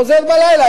וחוזר בלילה.